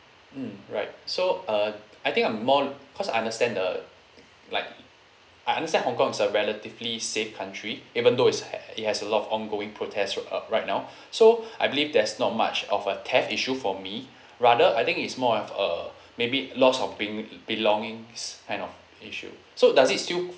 mm right so uh I think I'm more cause I understand the like I understand hong kong is a relatively safe country even though it's ha~ it has a lot of ongoing protest r~ uh right now so I believe there's not much of a theft issue for me rather I think is more of a maybe loss of being~ belongings kind of issue so does it still